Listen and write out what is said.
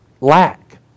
lack